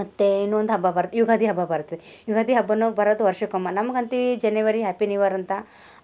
ಮತ್ತು ಇನ್ನೊಂದು ಹಬ್ಬ ಬರ್ ಯುಗಾದಿ ಹಬ್ಬ ಬರ್ತದೆ ಯುಗಾದಿ ಹಬ್ಬವೂ ಬರೋದು ವರ್ಷಕ್ಕೊಮ್ಮ ನಮ್ಗೆ ಅಂತೀವಿ ಜೆನೆವರಿ ಹ್ಯಾಪಿ ನಿ ವರ್ ಅಂತ